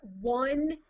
one